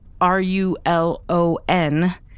R-U-L-O-N